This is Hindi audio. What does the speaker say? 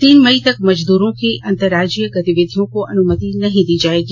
तीन मई तक मजदूरों की अंतर्राराज्यीय गतिविधियों को अनुमति नहीं दी जाएगी